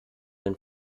denn